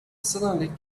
suddenly